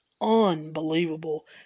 Unbelievable